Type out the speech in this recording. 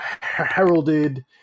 heralded